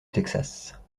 texas